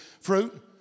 fruit